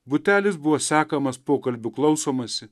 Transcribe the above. butelis buvo sekamas pokalbių klausomasi